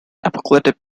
apocalyptic